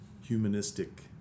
humanistic